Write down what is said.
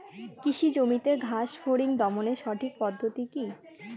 কৃষি জমিতে ঘাস ফরিঙ দমনের সঠিক পদ্ধতি কি?